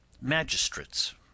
magistrates